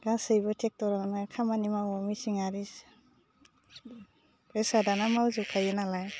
गासैबो टेक्टरानो खामानि मावो मिचिन आरि बेसादानो मावजोबखायो नालाय